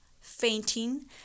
fainting